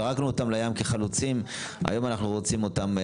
זרקנו אותם לים כחלוצים, היום אנחנו רוצים אותם.